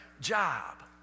job